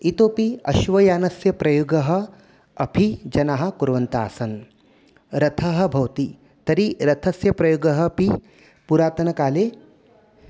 इतोऽपि अश्वयानस्य प्रयोगम् अपि जनाः कुर्वन्तः आसन् रथः भवति तर्हि रथस्य प्रयोगम् अपि पुरातनकाले